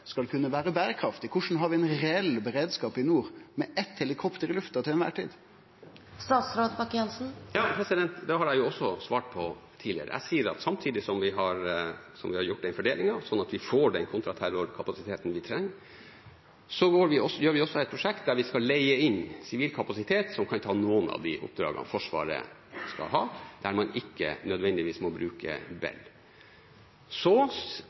skal kunne vere berekraftig? Korleis har vi ein reell beredskap i nord med eitt helikopter i lufta til ei kvar tid? Det har jeg også svart på tidligere. Jeg sier at samtidig som vi har gjort fordelingen sånn at vi får den kontraterrorkapasiteten vi trenger, gjennomfører vi også et prosjekt der vi skal leie inn sivil kapasitet som kan ta noen av oppdragene Forsvaret skal ha, der man ikke nødvendigvis må bruke Bell-helikoptre. Så